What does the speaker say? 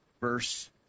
verse